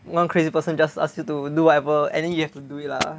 one crazy person just ask you to do whatever and then you have to do it lah